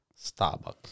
Starbucks